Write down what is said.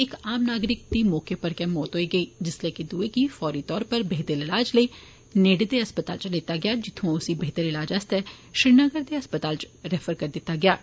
इक आम नागरिक दी मौके उप्पर गै मौत होई गेई जिसलै कि दुए गी फौरी तौर उप्पर बेहतर इलाज लेई नेड़े दे अस्पताल लैता गेआ जित्थुआ उसी बेह्तर इलाज लेई श्रीनगर दे अस्पताल इच रैफर कीता गेआ ऐ